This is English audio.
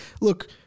look